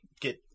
get